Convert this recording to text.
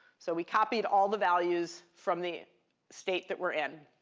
so we copied all the values from the state that we're in.